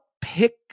pick